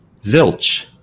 Zilch